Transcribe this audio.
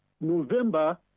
November